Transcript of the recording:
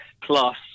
plus